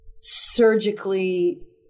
surgically